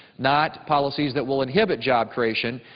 not policies that will inhibit job creation,